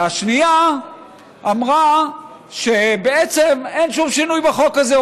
והשנייה אמרה שבעצם אין שום שינוי בחוק הזה,